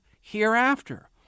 hereafter